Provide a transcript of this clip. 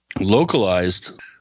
localized